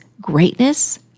greatness